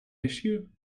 issue